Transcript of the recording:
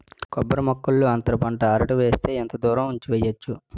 కొబ్బరి మొక్కల్లో అంతర పంట అరటి వేస్తే ఎంత దూరం ఉంచి వెయ్యొచ్చు?